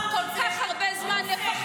לפני חודשיים הוא עמד פה